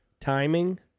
timing